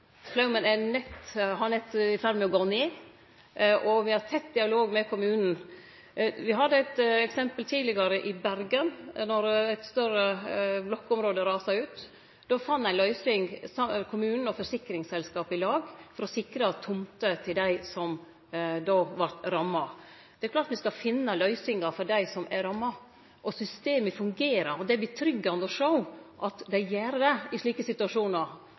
er nett i ferd med å gå ned, og me har tett dialog med kommunen. Me hadde eit eksempel tidlegare i Bergen, då eit større blokkområde rasa ut. Då fann ein ei løysing kommunen og forsikringsselskapet i lag for å sikre tomter til dei som då vart ramma. Det er klart me skal finne løysingar for dei som er ramma. Systemet fungerer, og det er trygt å sjå at det gjer det i slike situasjonar,